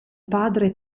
padre